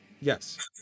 Yes